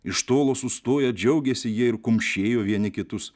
iš tolo sustoję džiaugėsi jie ir kumšėjo vieni kitus